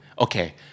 Okay